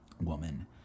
woman